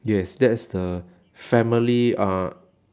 yes that is the family uh